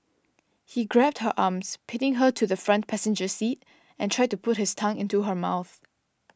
he grabbed her arms pinning her to the front passenger seat and tried to put his tongue into her mouth